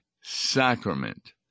sacrament